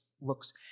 looks